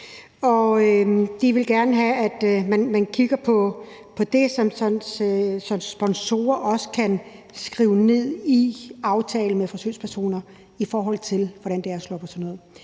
de vil gerne have, at man kigger på det, så sponsorer også kan skrive noget ned i aftalen med forsøgspersoner, i forhold til hvordan det er at slå op og sådan